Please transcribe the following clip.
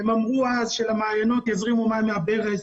הן אמרו אז שלמעיינות יזרימו מים מהברז,